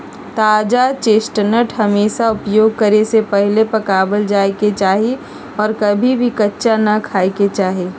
ताजा चेस्टनट हमेशा उपयोग करे से पहले पकावल जाये के चाहि और कभी भी कच्चा ना खाय के चाहि